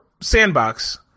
sandbox